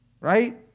right